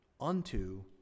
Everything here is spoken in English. unto